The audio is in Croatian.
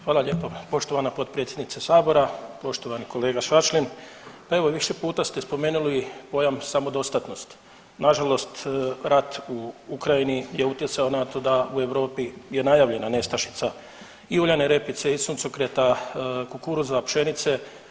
Hvala lijepa poštovana potpredsjednice sabora, poštovani kolega Šašlin, pa evo više puta ste spomenuli pojam samodostatnosti, nažalost rat u Ukrajini je utjecao na to da u Europi je najavljena nestašica i uljane repice i suncokreta, kukuruza, pšenice.